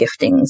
giftings